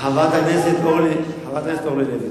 חברת הכנסת אורלי לוי,